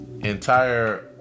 entire